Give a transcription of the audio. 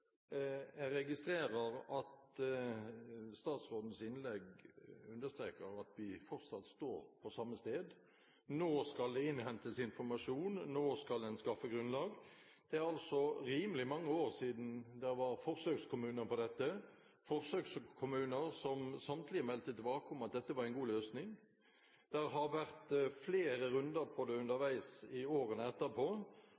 Jeg registrerer at statsrådens innlegg understreker at vi fortsatt står på samme sted – nå skal det innhentes informasjon, nå skal en skaffe grunnlag. Det er altså rimelig mange år siden det var forsøkskommuner på dette, forsøkskommuner som samtlige meldte tilbake om at dette var en god løsning. Det har vært flere runder på det